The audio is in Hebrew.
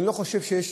אני לא חושב שיש